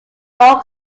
org